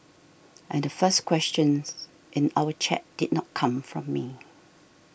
and the first questions in our chat did not come from me